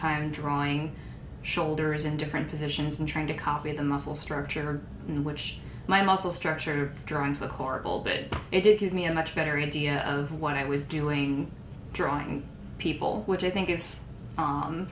time drawing shoulders in different positions and trying to copy the muscle structure which my muscle structure drawings the horrible bit it did give me a much better idea of what i was doing drawing people which i think i